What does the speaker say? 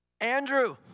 Andrew